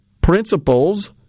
principles